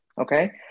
Okay